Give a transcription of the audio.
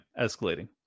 escalating